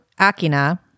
Akina